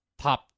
top